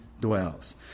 dwells